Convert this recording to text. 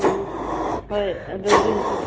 ꯎꯝ ꯍꯣꯏ ꯑꯗꯨꯒꯤ